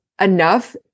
enough